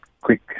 quick